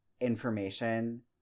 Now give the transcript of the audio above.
information